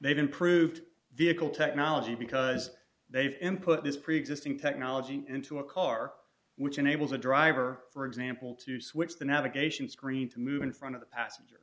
they've improved vehicle technology because they've him put this preexisting technology into a car which enables a driver for example to switch the navigation screen to move in front of the passenger